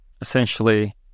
essentially